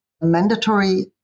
mandatory